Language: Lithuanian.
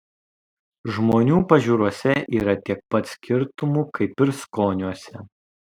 žmonių pažiūrose yra tiek pat skirtumų kaip ir skoniuose